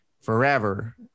forever